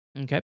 Okay